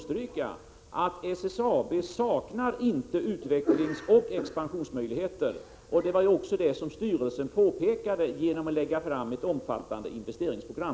SSAB saknar inte utvecklingsoch expansionsmöjligheter — det var också det som styrelsen påpekade genom att lägga fram ett omfattande investeringsprogram.